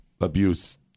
abuse